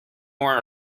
more